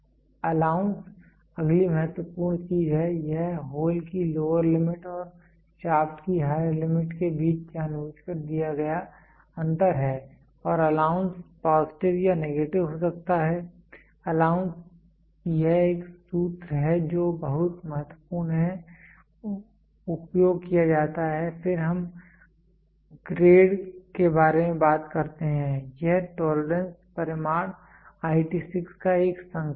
allowance अगली महत्वपूर्ण चीज है यह होल की लोअर लिमिट और शाफ्ट की हायर लिमिट के बीच जानबूझकर दिया गया अंतर है और अलाउंस पॉजिटिव या नेगेटिव हो सकता है अलाउंस यह एक सूत्र है जो बहुत महत्वपूर्ण है उपयोग किया जाता है फिर हम ग्रेड के बारे में बात करते हैं यह टोलरेंस परिमाण IT 6 का एक संकेत है